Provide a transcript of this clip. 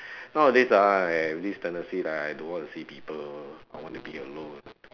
nowadays ah I have this tendency like I don't want to see people I want to be alone